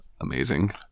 amazing